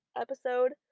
episode